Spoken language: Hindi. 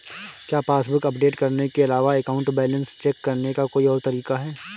क्या पासबुक अपडेट करने के अलावा अकाउंट बैलेंस चेक करने का कोई और तरीका है?